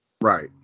Right